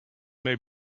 may